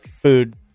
food